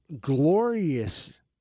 glorious